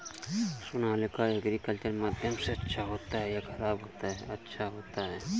Sonalika agriculture माध्यम से अच्छा होता है या ख़राब होता है?